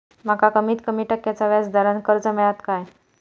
माका कमीत कमी टक्क्याच्या व्याज दरान कर्ज मेलात काय?